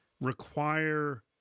require